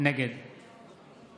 נגד